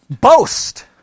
boast